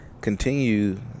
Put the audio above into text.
Continue